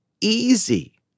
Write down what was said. easy